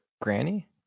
granny